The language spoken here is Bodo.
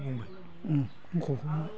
मोखौफोरना